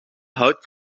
houdt